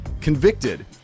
convicted